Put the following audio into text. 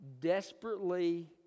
desperately